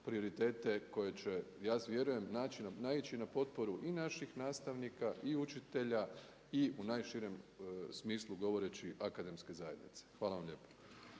prioritete koje će ja vjerujem naići na potporu i naših nastavnika i učitelja i u najširem smislu govoreći akademske zajednice. Hvala vam lijepo.